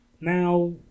now